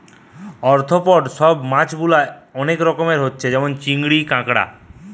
arthropod সব মাছ গুলা অনেক রকমের হচ্ছে যেমন চিংড়ি, কাঁকড়া